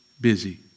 busy